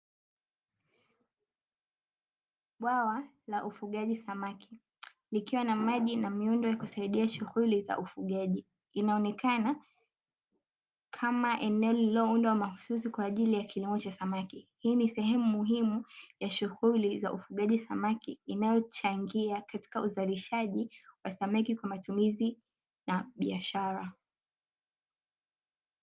Bwawa la ufugaji samaki, likiwa na maji na miundo ya kusaidia shughuli za ufugaji. Linaonekana, kama eneo lililoundwa mahususi kwa ajili ya kilimo cha samaki. Hii ni sehemu muhimu ya shughuli za ufugaji samaki, inayochangia katika uzalishaji wa samaki kwa matumizi na biashara.